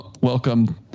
Welcome